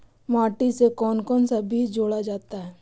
माटी से कौन कौन सा बीज जोड़ा जाता है?